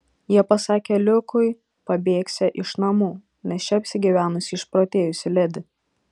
jie pasakė liukui pabėgsią iš namų nes čia apsigyvenusi išprotėjusi ledi